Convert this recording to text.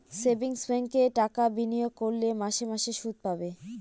savings ব্যাঙ্কে টাকা বিনিয়োগ করলে মাসে মাসে শুদ পাবে